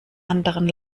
anderen